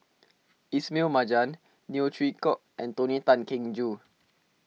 Ismail Marjan Neo Chwee Kok and Tony Tan Keng Joo